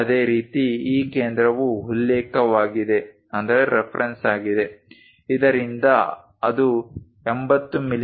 ಅದೇ ರೀತಿ ಈ ಕೇಂದ್ರವು ಉಲ್ಲೇಖವಾಗಿದೆ ಇದರಿಂದ ಅದು 80 ಮಿ